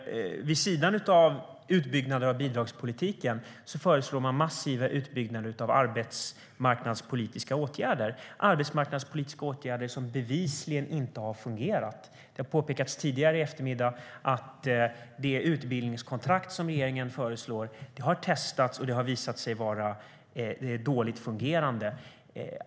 Vid sidan av utbyggnaden av bidragspolitiken föreslår man massiva utbyggnader av arbetsmarknadspolitiska åtgärder som bevisligen inte har fungerat. Det har påpekats tidigare här i eftermiddag att det utbildningskontrakt som regeringen föreslår har testats och visat sig vara dåligt fungerande.